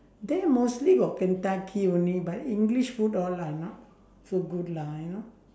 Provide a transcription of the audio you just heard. there mostly got kentucky only but english food all like not so good lah you know